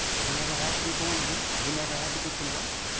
he never had to be born again. he never had to be converted.